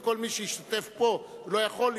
וכל מי שהשתתף פה ולא יכול,